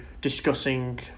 discussing